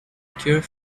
cure